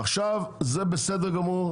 זה בסדר גמור.